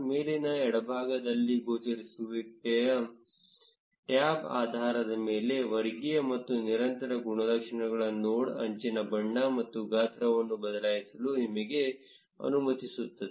ಮೇಲಿನ ಎಡಭಾಗದಲ್ಲಿ ಗೋಚರಿಸುವಿಕೆಯ ಟ್ಯಾಬ್ ಆಧಾರದ ಮೇಲೆ ವರ್ಗೀಯ ಮತ್ತು ನಿರಂತರ ಗುಣಲಕ್ಷಣಗಳ ನೋಡ್ ಅಂಚಿನ ಬಣ್ಣ ಮತ್ತು ಗಾತ್ರವನ್ನು ಬದಲಾಯಿಸಲು ನಿಮಗೆ ಅನುಮತಿಸುತ್ತದೆ